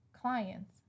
clients